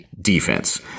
defense